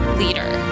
leader